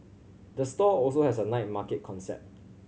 the store also has a night market concept